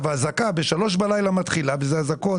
האזעקה בשלוש בלילה מתחילה ואלה אזעקות